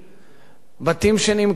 בתים שנמכרו בדין,